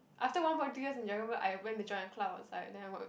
after one point three years in dragon boat I went to join a club outside then I work